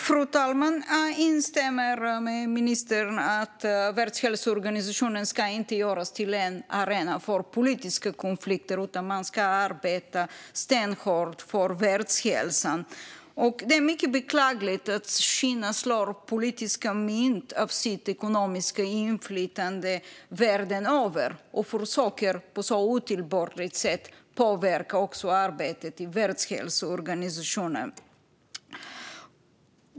Fru talman! Jag instämmer med ministern i att Världshälsoorganisationen inte ska göras till en arena för politiska konflikter, utan man ska arbeta stenhårt för världshälsan. Det är mycket beklagligt att Kina slår politiskt mynt av sitt ekonomiska inflytande världen över och på ett otillbörligt sätt försöker att påverka också arbetet i Världshälsoorganisationen.